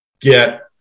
get